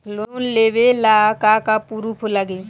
Loan लेबे ला का का पुरुफ लागि?